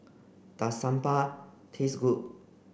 does Sambar taste good